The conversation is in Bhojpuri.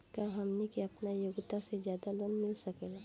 का हमनी के आपन योग्यता से ज्यादा लोन मिल सकेला?